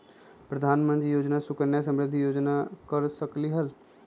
प्रधानमंत्री योजना सुकन्या समृद्धि योजना कर सकलीहल?